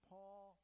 Paul